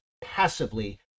passively